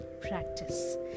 practice